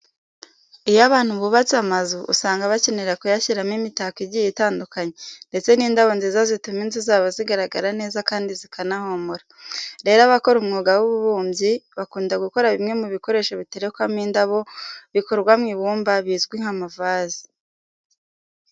Iyo abantu bubatse amazu usanga bakenera kuyashyiramo imitako igiye itandukanye ndetse n'indabo nziza zituma inzu zabo zigaragara neza kandi zikanahumura. Rero abakora umwuga w'ububumbyi bakunda gukora bimwe mu bikoresho biterekwamo indabo bikorwa mu ibumba bizwi nk'amavaze.